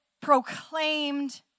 proclaimed